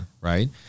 Right